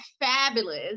Fabulous